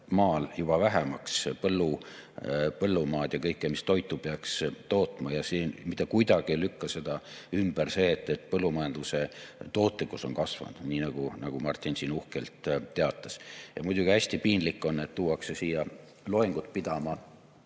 Maal juba vähemaks, põllumaad ja kõike, mis toitu peaks tootma. Mitte kuidagi ei lükka seda ümber see, et põllumajanduse tootlikkus on kasvanud, nii nagu Martin siin uhkelt teatas. Muidugi hästi piinlik on, et tuuakse siia loengut pidama